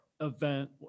event